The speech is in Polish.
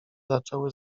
zaczęły